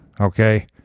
okay